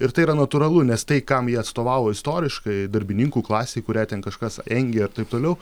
ir tai yra natūralu nes tai kam jie atstovavo istoriškai darbininkų klasei kurią ten kažkas engė ir taip toliau